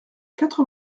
quatre